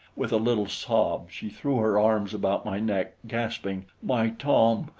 with a little sob she threw her arms about my neck, gasping my tom!